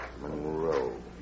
Monroe